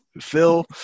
Phil